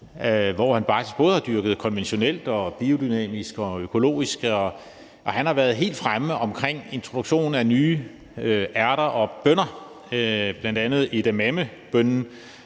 både har dyrket konventionelt, biodynamisk og økologisk, og han har været helt fremme omkring introduktionen af nye ærter og bønner, bl.a. edamamebønnen,